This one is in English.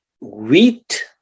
wheat